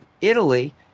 Italy